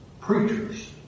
preachers